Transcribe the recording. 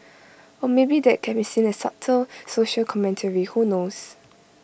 or maybe that can be seen as subtle social commentary who knows